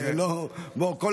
נכון, בוא, התחלתי בפרגון.